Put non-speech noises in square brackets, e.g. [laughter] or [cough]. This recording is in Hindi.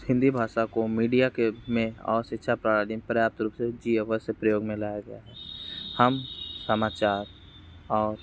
हिंदी भाषा को मीडिया के में और शिक्षा प्रणाली पर्याप्त रूप से [unintelligible] प्रयोग में लाया गया है हम समाचार और